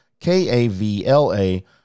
K-A-V-L-A